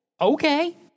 okay